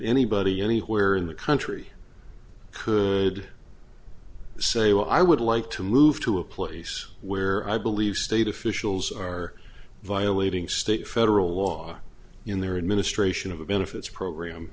anybody anywhere in the country could say well i would like to move to a place where i believe state officials are violating state federal law in their administration of a benefits program